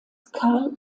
carl